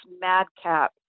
madcap